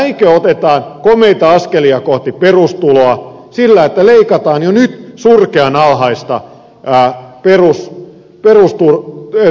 näinkö otetaan komeita askelia kohti perustuloa sillä että leikataan jo nyt surkean alhaista minimitoimeentulon tasoa